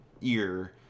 ear